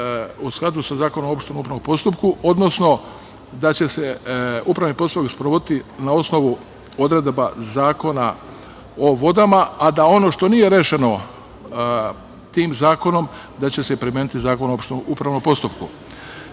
u skladu sa Zakonom o opštem upravnom postupku, odnosno da će se upravni postupak sprovoditi na osnovu odredaba Zakona o vodama, a da ono što nije rešeno tim zakonom, da će se primeniti Zakon o opštem upravnom postupku. Dalje